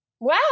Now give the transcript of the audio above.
wow